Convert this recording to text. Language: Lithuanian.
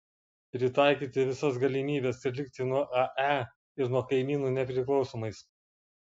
pritaikyti visas galimybes ir likti nuo ae ir nuo kaimynų nepriklausomais